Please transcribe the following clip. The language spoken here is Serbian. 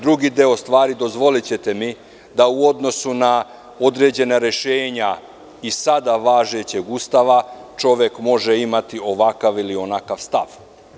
Drugi deo stvari, dozvolićete mi da u odnosu na određena rešenja i sada važećeg Ustava čovek može imati ovakav ili onakav stav.